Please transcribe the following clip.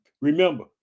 Remember